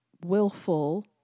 willful